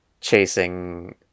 chasing